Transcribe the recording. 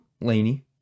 Laney